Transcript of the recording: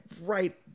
right